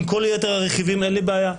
עם כל יתר הרכיבים אין לי בעיה.